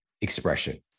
expression